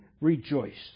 rejoiced